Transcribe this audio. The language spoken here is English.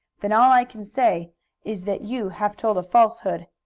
then all i can say is that you have told a falsehood.